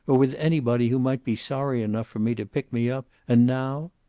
or with anybody who might be sorry enough for me to pick me up, and now?